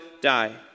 die